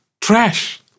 trash